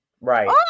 Right